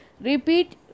Repeat